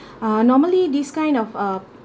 uh normally this kind of uh